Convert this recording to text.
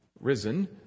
risen